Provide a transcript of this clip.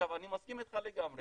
אני מסכים איתך לגמרי,